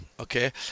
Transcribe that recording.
Okay